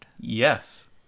Yes